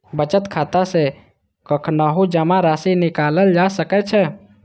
बचत खाता सं कखनहुं जमा राशि निकालल जा सकै छै